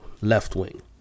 left-wing